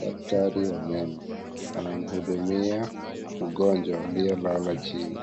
Daktari wa meno anamhudumia mgonjwa aliyelala chini.